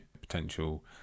potential